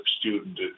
student